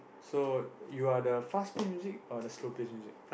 so you are the fast pace music or the slow pace music